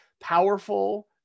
powerful